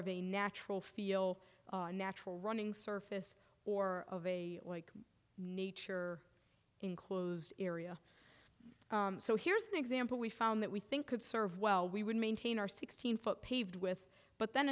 of a natural feel natural running surface or of a like nature enclosed area so here's an example we found that we think could serve well we would maintain our sixteen foot paved with but then